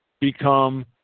become